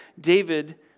David